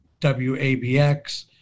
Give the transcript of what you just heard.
WABX